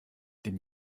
den